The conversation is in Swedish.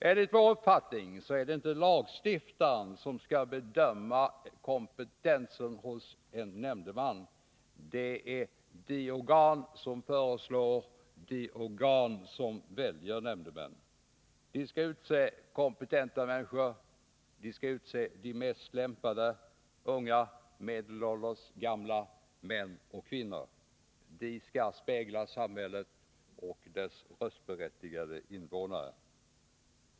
Enligt vår uppfattning är det inte lagstiftaren som skall bedöma kompetensen hos en nämndeman. Det är de organ som föreslår och de organ som väljer. De skall utse kompetenta människor, de mest lämpade — unga, medelålders och gamla, män och kvinnor. De som väljs skall spegla samhället och dess röstberättigade invånare.